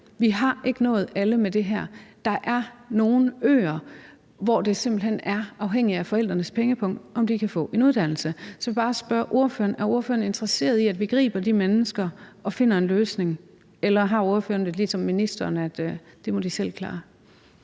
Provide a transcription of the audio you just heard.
Vi har ikke nået alle med det her. Der er nogle øer, hvor det simpelt hen afhænger af forældrenes pengepung, om man kan få en uddannelse. Så jeg vil bare spørge ordføreren: Er ordføreren interesseret i, at vi griber de mennesker og finder en løsning, eller har ordføreren det ligesom ministeren, altså at de selv må klare